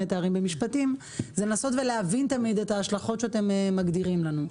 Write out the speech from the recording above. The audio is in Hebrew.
תארים במשפטים זה לנסות ולהבין תמיד את ההשלכות שאתם מגדירים לנו.